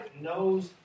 knows